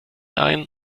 ein